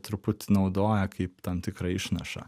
truputį naudoja kaip tam tikrą išnašą